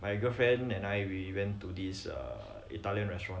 my girlfriend and I we went to err italian restaurant